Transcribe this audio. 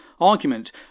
argument